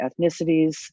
ethnicities